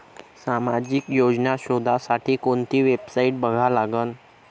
सामाजिक योजना शोधासाठी कोंती वेबसाईट बघा लागन?